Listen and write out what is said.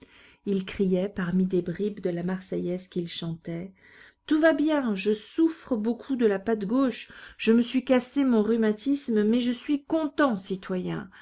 il criait parmi des bribes de la marseillaise qu'il chantait tout va bien je souffre beaucoup de la patte gauche je me suis cassé mon rhumatisme mais je suis content citoyens